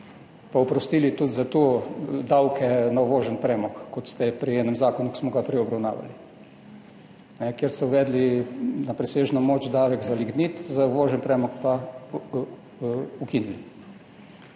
pa oprostili tudi za to davke na uvožen premog, kot ste pri enem zakonu, ki smo ga prej obravnavali, kjer ste uvedli davek na presežno moč za lignit, za uvožen premog pa ukinili.